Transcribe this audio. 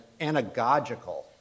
anagogical